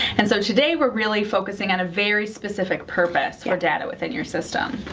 and so today we're really focusing on a very specific purpose for data within your system.